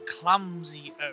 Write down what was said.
clumsy